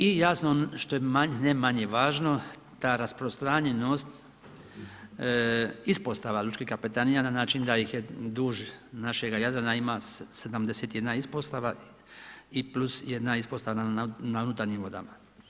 I jasno što je ne manje važno, ta rasprostranjenost, ispostava lučkih kapetanija na način da ih je duž našeg Jadrana ima 71 ispostava i plus jedna ispostava na unutarnjim vodama.